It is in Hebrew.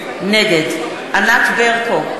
נגד ענת ברקו,